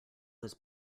was